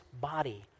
body